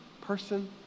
person